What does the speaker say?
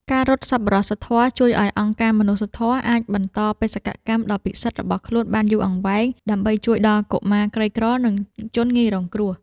ការរត់សប្បុរសធម៌ជួយឱ្យអង្គការមនុស្សធម៌អាចបន្តបេសកកម្មដ៏ពិសិដ្ឋរបស់ខ្លួនបានយូរអង្វែង ដើម្បីជួយដល់កុមារក្រីក្រ និងជនងាយរងគ្រោះ។